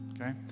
Okay